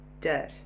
dirt